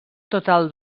total